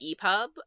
EPUB